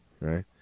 right